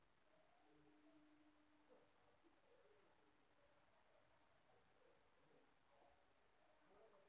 तूर कापनीले कोनचं कटर वापरा लागन?